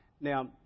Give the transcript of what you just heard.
Now